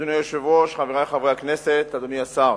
אדוני היושב-ראש, חברי חברי הכנסת, אדוני השר,